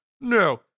No